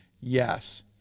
Yes